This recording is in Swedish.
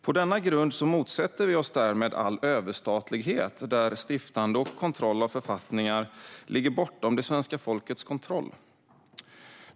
På denna grund motsätter vi oss all överstatlighet där stiftande och kontroll av författningar ligger bortom svenska folkets kontroll.